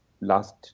last